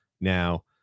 Now